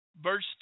verse